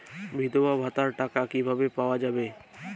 বিধবা ভাতার টাকা কিভাবে পাওয়া যাবে?